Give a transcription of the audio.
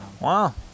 wow